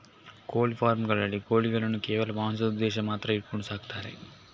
ಕೋಳಿ ಫಾರ್ಮ್ ಗಳಲ್ಲಿ ಕೋಳಿಗಳನ್ನು ಕೇವಲ ಮಾಂಸದ ಉದ್ದೇಶ ಮಾತ್ರ ಇಟ್ಕೊಂಡು ಸಾಕ್ತಾರೆ